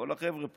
כל החבר'ה פה.